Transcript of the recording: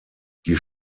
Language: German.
die